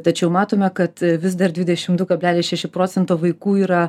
tačiau matome kad vis dar dvidešim du kablelis šeši procentai vaikų yra